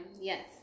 yes